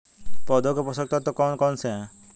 पौधों के पोषक तत्व कौन कौन से हैं?